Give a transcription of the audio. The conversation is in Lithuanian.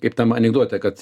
kaip tam anekdote kad